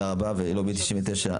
לובי 99,